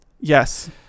Yes